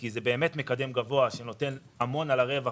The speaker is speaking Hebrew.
כי זה באמת מקדם גבוה שנותן המון על הרווח,